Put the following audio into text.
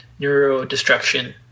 neurodestruction